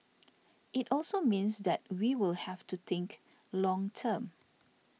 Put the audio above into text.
it also means that we will have to think long term